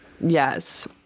Yes